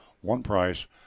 one-price